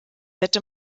hätte